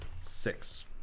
Six